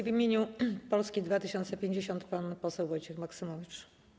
W imieniu Polski 2050 pan poseł Wojciech Maksymowicz.